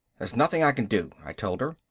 there's nothing i can do, i told her.